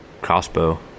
crossbow